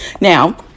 Now